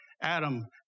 Adam